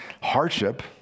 hardship